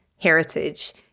heritage